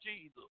Jesus